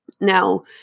now